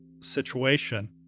situation